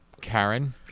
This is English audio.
Karen